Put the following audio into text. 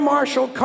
Marshal